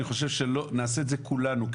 נעשה את זה כולנו,